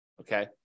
okay